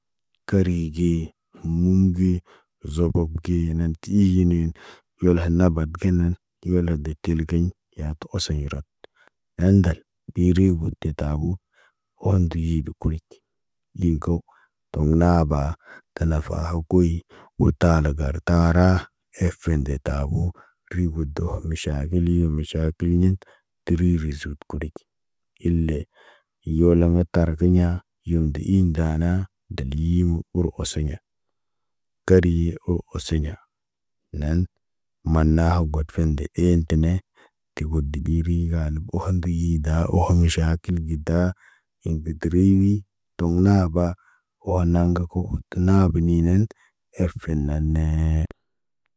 Kəri ge, humum ge, zobob ge nan ti iji neen. Yol han na bad ge nən, tewele deb tilgiɲ, yatu oseɲ rot. Yaandal, iri de got te tabu, ohoŋg ndiji di kuriɟ. Liŋg ko, toŋg naa ba, tə nafaa koy, ultara gar tara, efen de tabu, rigido miʃakili wo miʃakiliɲin. Təri rizik kuɗic, ile yolam mə tarkiɲa, yum de iiŋg daana, deliyiwo oro oseɲa. Kərii o oseɲa, naan maanna got fende een tene. Tigod diɓiri gaani ohoŋg riida ohoŋg miʃaakil gidaa. In git riimi, toŋg naaba, woh naŋgə kə tə naaba niinen, erfen naan nee.